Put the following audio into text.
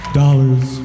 dollars